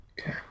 Okay